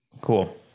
Cool